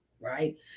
right